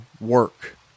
work